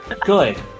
Good